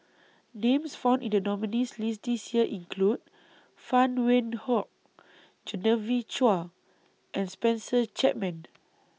Names found in The nominees' list This Year include Phan Wait Hong Genevieve Chua and Spencer Chapman